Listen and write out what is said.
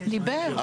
אה דיבר,